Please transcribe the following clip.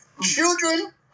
children